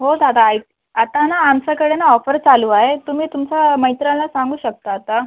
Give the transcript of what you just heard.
हो दादा ऐ आता ना आमच्याकडे ना ऑफर चालू आहे तुम्ही तुमच्या मित्राला सांगू शकता आता